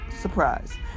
surprise